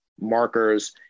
markers